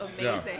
amazing